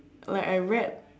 like I read